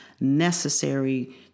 necessary